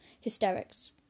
hysterics